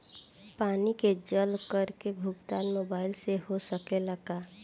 पानी के जल कर के भुगतान मोबाइल से हो सकेला का?